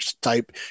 type